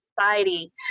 society